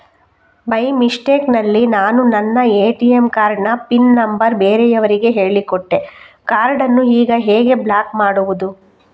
By mistake ನಲ್ಲಿ ನಾನು ನನ್ನ ಎ.ಟಿ.ಎಂ ಕಾರ್ಡ್ ನ ಪಿನ್ ನಂಬರ್ ಬೇರೆಯವರಿಗೆ ಹೇಳಿಕೊಟ್ಟೆ ಕಾರ್ಡನ್ನು ಈಗ ಹೇಗೆ ಬ್ಲಾಕ್ ಮಾಡುವುದು?